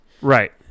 Right